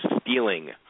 stealing